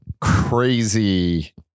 crazy